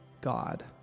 God